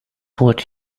what